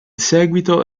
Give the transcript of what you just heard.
seguito